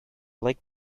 like